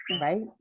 right